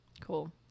Cool